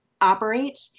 operate